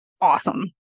Awesome